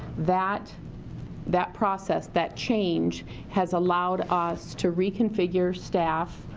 that that process, that change has allowed us to reconfigure staff,